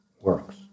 works